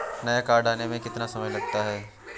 नया कार्ड आने में कितना समय लगता है?